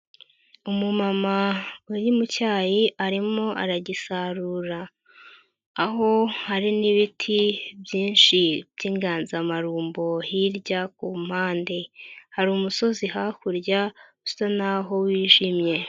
Umumama uri mu cyayi arimo aragisarura, aho hari n'ibiti byinshi by'inganzamarumbo hirya ku mpande. Hari umusozi hakurya, usa naho wijimye.